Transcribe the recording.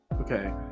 Okay